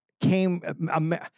Came